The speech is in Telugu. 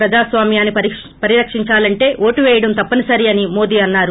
ప్రజాస్వామ్యాన్ని పరిరక్షించాలంటే ఓటు పేయడం తప్పనిసరి అని మోదీ అన్నారు